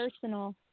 personal